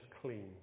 clean